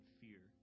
fear